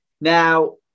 Now